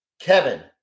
Kevin